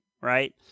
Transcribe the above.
right